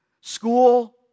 school